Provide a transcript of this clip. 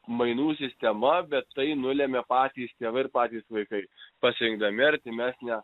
mainų sistema bet tai nulemia patys tėvai ir patys vaikai pasirinkdami artimesnę